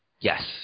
Yes